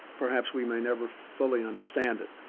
perhaps we may never fully understand it.